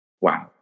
wow